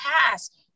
past